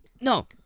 No